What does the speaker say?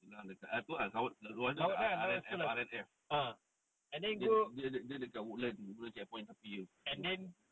setulang dekat ah tu ah R&F dia dekat woodland woodland checkpoint tepi tu